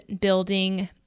building